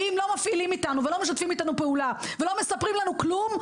ואם לא משתפים איתנו פעולה ולא מספרים לנו כלום,